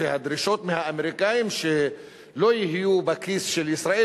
והדרישות מהאמריקנים שלא יהיו בכיס של ישראל,